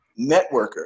networker